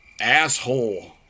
asshole